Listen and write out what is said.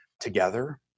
together